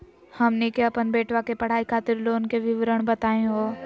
हमनी के अपन बेटवा के पढाई खातीर लोन के विवरण बताही हो?